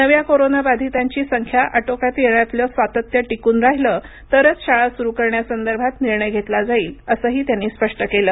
नव्या कोरोनाबाधितांची संख्या अटोक्यात येण्यातलं सातत्य टिकून राहिलं तरच शाळा सुरू करण्यासंदर्भात निर्णय घेतला जाईल असंही त्यांनी स्पष्ट केलं